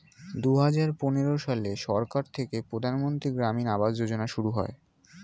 দুহাজার পনেরো সালে সরকার থেকে প্রধানমন্ত্রী গ্রামীণ আবাস যোজনা শুরু হয়